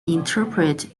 interpret